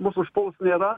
mus užpuls nėra